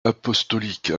apostolique